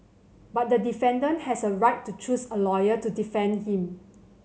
but the defendant has a right to choose a lawyer to defend him